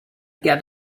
get